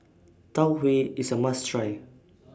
Tau Huay IS A must Try